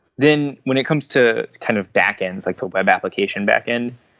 then when it comes to kind of back-ends, like the web application backend,